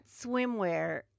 swimwear